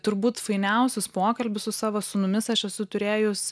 turbūt fainiausius pokalbius su savo sūnumis aš esu turėjus